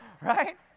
Right